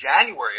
January